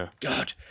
God